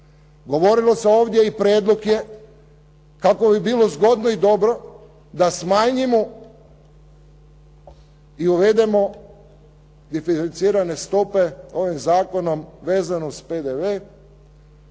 Govorilo se ovdje i prijedlog je kako bi bilo zgodno i dobro da smanjimo i uvedemo diferencirane stope ovim zakonom vezano uz PDV